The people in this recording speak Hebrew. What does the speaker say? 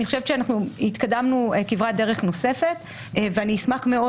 אני חושבת שהתקדמנו כברת דרך נוספת ואני אשמח מאוד